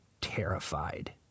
terrified